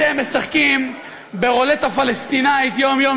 אתם משחקים ברולטה פלסטינית יום-יום